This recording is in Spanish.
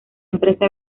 empresa